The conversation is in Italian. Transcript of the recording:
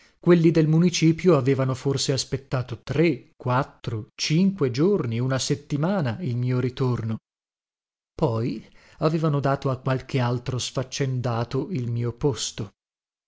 quelli del municipio avevano forse aspettato tre quattro cinque giorni una settimana il mio ritorno poi avevano dato a qualche altro sfaccendato il mio posto